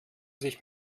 sich